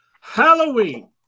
Halloween